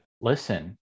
listen